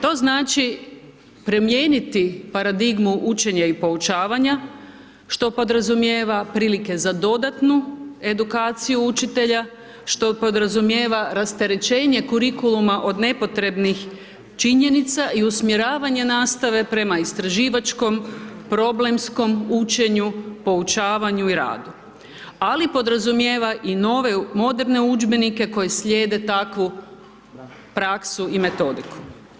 To znači primijeniti paradigmu učenja i poučavanja, što podrazumijeva prilike za dodatnu edukaciju učitelja, što podrazumijeva rasterećenje kurikuluma od nepotrebnih činjenica i usmjeravanje nastave prema istraživačkom, problemskom učenju, poučavanju i radu, ali podrazumijeva i nove moderne udžbenike koji slijede takvu praksu i metodiku.